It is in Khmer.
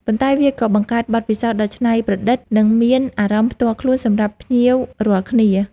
ប៉ុន្តែវាក៏បង្កើតបទពិសោធន៍ដ៏ច្នៃប្រឌិត និងមានអារម្មណ៍ផ្ទាល់ខ្លួនសម្រាប់ភ្ញៀវរាល់គ្នា។